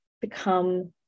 become